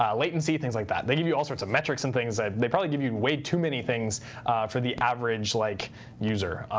um latency things like that. they give you all sorts of metrics and things. they probably give you way too many things for the average like user.